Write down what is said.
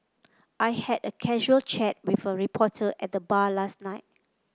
I had a casual chat with a reporter at the bar last night